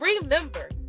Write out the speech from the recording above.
remember